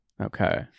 Okay